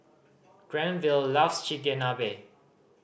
Granville loves Chigenabe